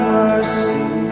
mercy